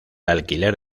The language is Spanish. alquiler